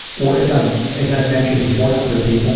or as i've as i've mentioned before to other people.